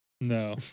No